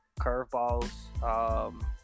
curveballs